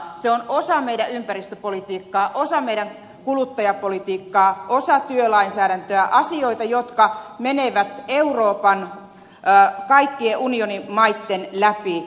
se on osa meidän ympäristöpolitiikkaa osa meidän kuluttajapolitiikkaa osa työlainsäädäntöä asioita jotka menevät euroopan kaikkien unionimaitten läpi